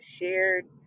shared